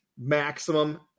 maximum